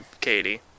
Katie